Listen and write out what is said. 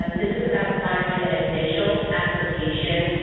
um this is about filing an initial application.